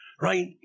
right